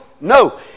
No